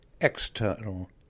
external